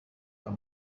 are